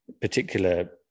particular